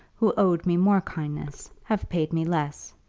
who owed me more kindness, have paid me less.